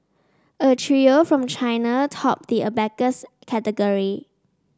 a trio from China topped the abacus category